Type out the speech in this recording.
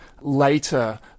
later